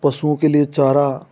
पशुओं के लिए चारा